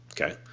okay